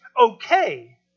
okay